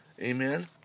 Amen